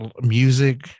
music